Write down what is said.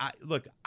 look